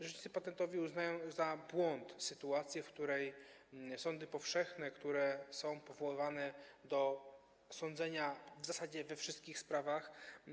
Rzecznicy patentowi uznają za błąd sytuację, w której sądy powszechne, które są powoływane do sądzenia w zasadzie we wszystkich sprawach.